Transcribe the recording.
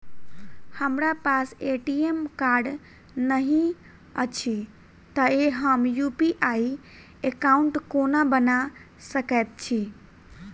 हमरा पास ATM card नहि अछि तए हम यु.पी.आई एकॉउन्ट कोना बना सकैत छी